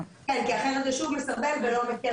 כן, אחרת זה שוב מסרבל ולא מקל.